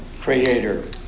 creator